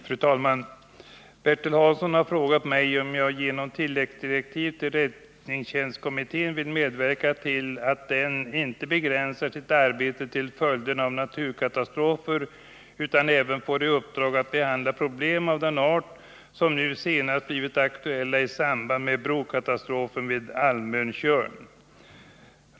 Fru talman! Bertil Hansson har frågat mig om jag genom tilläggsdirektiv till räddningstjänstkommittén vill medverka till att den inte begränsar sitt arbete till följderna av naturkatastrofer, utan även får i uppdrag att behandla problem av den art som nu senast blivit aktuella i samband med katastrofen vid bron Almön-Tjörn.